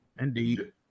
Indeed